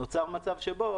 שבו